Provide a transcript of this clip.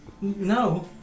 No